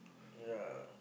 ya